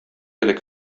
әле